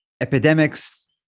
epidemics